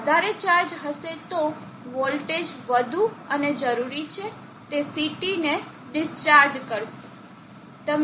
જો CT વધારે charge હશે તો વોલ્ટેજ વધુ અને જરૂરી છે તે CT ને ડિસ્ચાર્જ કરશે